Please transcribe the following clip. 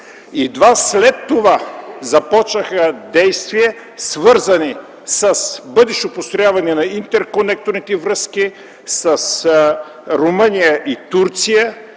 Едва след това започнаха действия, свързани с бъдещо построяване на интерконекторните връзки с Румъния и Турция.